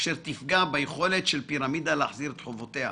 אשר תפגע ביכולת של פירמידה להחזיר את חובותיה?